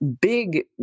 big